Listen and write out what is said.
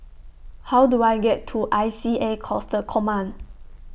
How Do I get to I C A Coastal Command